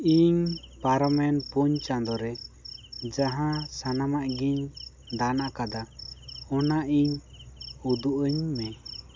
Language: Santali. ᱤᱧ ᱯᱟᱨᱚᱢᱮᱱ ᱯᱩᱱ ᱪᱟᱸᱫᱳ ᱨᱮ ᱡᱟᱦᱟᱸ ᱥᱟᱱᱟᱢᱟᱜ ᱜᱤᱧ ᱫᱟᱱ ᱟᱠᱟᱫᱟ ᱚᱱᱟ ᱤᱧ ᱩᱫᱩᱜ ᱟᱹᱧ ᱢᱮ